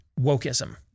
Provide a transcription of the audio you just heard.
wokeism